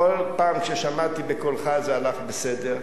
כל פעם ששמעתי בקולך זה הלך בסדר,